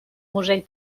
musell